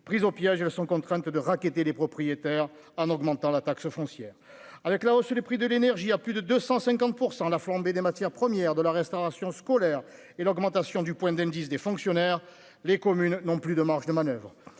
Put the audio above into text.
prison pillage, elles sont contraintes de racketter les propriétaires en augmentant la taxe foncière avec la hausse des prix de l'énergie à plus de 250 % la flambée des matières premières de la restauration scolaire et l'augmentation du point d'indice des fonctionnaires, les communes n'ont plus de marge de manoeuvre